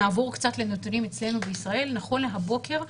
נעבור קצת לנותנים אצלנו בישראל: נכון לבוקר זה,